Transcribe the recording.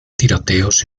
tiroteos